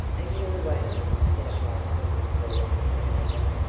you awake? said a high silvery voice at my elbow.